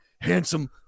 handsome